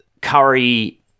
Curry